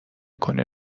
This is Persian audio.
کنه